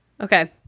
Okay